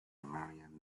marion